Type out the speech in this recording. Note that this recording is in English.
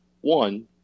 one